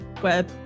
where-